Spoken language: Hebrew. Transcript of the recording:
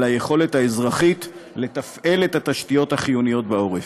על היכולת האזרחית לתפעל את התשתיות החיוניות בעורף.